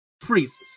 freezes